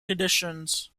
conditions